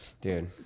dude